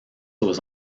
aux